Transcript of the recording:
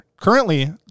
currently